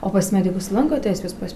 o pas medikus lankotės jūs pas